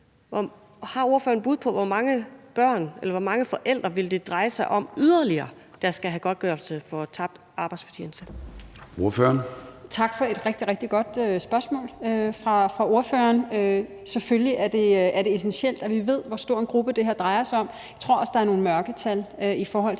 har ordføreren så et bud på, hvor mange forældre, det yderligere ville dreje sig om, der skal have godtgørelse for tabt arbejdsfortjeneste?